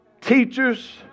teachers